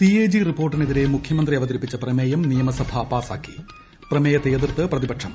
CAG റിപ്പോർട്ടിനെതിരെ ്രമുഖ്യമന്ത്രി അവതരിപ്പിച്ച പ്രമേയം നിയമസഭ പാസാക്കി ് പ്രമേയത്തെ എതിർത്ത് അവസാന പ്രതിപക്ഷം